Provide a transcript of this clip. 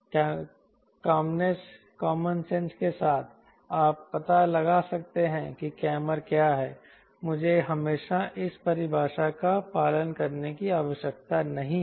common sense के साथ आप पता लगा सकते हैं कि कैमर क्या है मुझे हमेशा इस परिभाषा का पालन करने की आवश्यकता नहीं है